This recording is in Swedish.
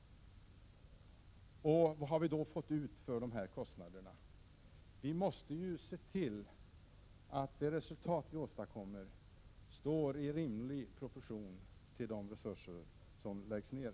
Vad har vi då fått ut av dessa kostnader? Vi måste ju se till att det resultat vi åstadkommer står i rimlig proportion till de resurser som läggs ned.